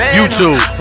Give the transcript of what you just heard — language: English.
YouTube